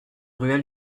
ruelle